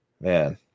man